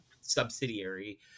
subsidiary